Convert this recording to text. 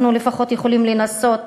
אנחנו לפחות יכולים לנסות.